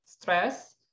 stress